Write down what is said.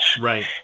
Right